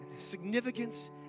significance